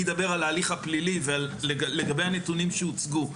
אני אדבר על ההליך הפלילי לגבי הנתונים שהוצגו.